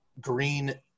Green